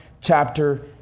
chapter